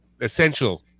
essential